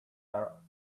our